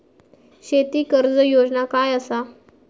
शेती कर्ज योजना काय असा?